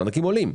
הם עולים,